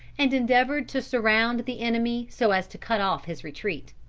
and endeavored to surround the enemy, so as to cut off his retreat.